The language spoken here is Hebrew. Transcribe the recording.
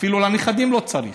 אפילו לנכדים לא צריך.